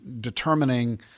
determining